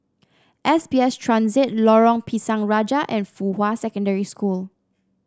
S B S Transit Lorong Pisang Raja and Fuhua Secondary School